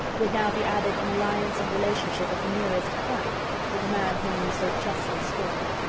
would now be added an alliance and relationship of the nearest kind with a man whom he so justly scorned.